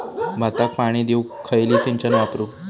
भाताक पाणी देऊक खयली सिंचन वापरू?